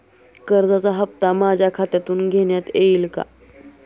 कर्जाचा हप्ता माझ्या खात्यातून घेण्यात येईल का?